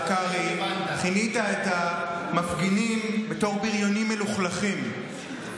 השר קרעי, כינית את המפגינים "בריונים מלוכלכים".